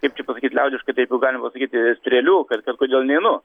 kaip čia pasakyt liaudiškai taip jau galima pasakyti strėlių kad kodėl neinu